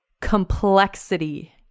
complexity